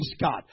God